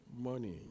money